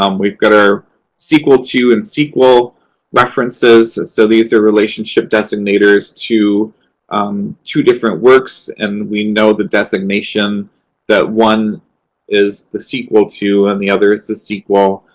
um we've got our sequel to and sequel references. so these are relationship designators to um two different works, and we know the designation that one is the sequel to and the other is the sequel.